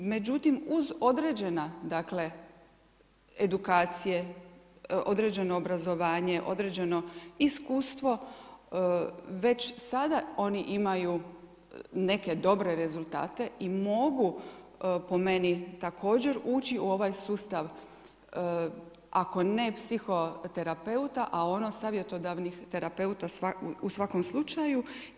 Međutim, uz određena, dakle edukacije, određeno obrazovanje, određeno iskustvo već sada oni imaju neke dobre rezultate i mogu po meni također ući u ovaj sustav ako ne psiho terapeuta, a ono savjetodavnih terapeuta u svakom slučaju.